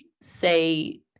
say